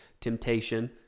temptation